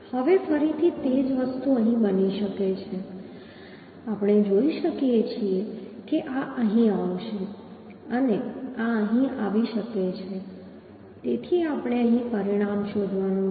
હવે ફરીથી તે જ વસ્તુ અહીં બની શકે છે આપણે જોઈ શકીએ છીએ કે આ અહીં આવશે અને આ અહીં આવી શકે છે તેથી આપણે અહીં પરિણામ શોધવાનું છે